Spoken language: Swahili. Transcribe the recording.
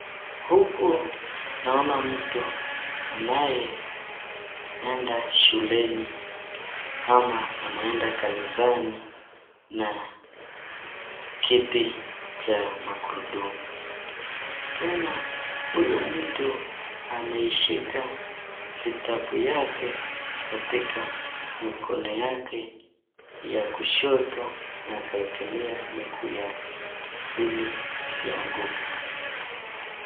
Huku naona mtu anayeenda shuleni ama anaenda kanisani na kiti cha magurudumu. Tena ameishika vitabu yake katika mikono yake ya kushoto na akaekelea miguu yake ili isianguke .